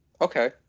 Okay